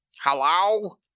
Hello